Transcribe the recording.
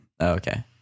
Okay